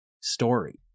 story